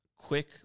quick